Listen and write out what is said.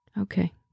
Okay